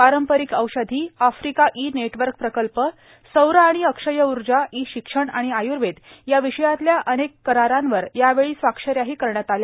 पारपरिक औषधी Africa e network प्रकल्प सौर आणि अक्षय ऊर्जा ई शिक्षण आणि आय्वेद या विषयांतल्या अनेक करारांवर यावेळी स्वाक्षऱ्याही करण्यात आल्या